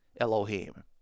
Elohim